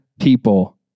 people